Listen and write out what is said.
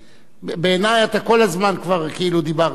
בעיני אתה כל הזמן כבר כאילו דיברת.